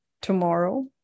tomorrow